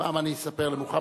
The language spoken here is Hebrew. פעם אני אספר למוחמד,